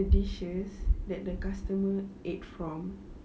the dishes like the customers ate from